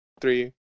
three